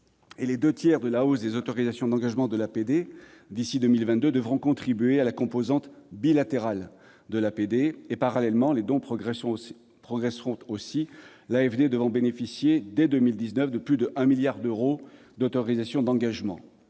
Les deux tiers de la hausse des autorisations d'engagement de l'APD d'ici à 2022 devront contribuer à la composante bilatérale de l'aide au développement. Parallèlement, les dons progresseront aussi, l'AFD devant bénéficier dès 2019 de plus de 1 milliard d'euros d'autorisations d'engagement.